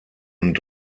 und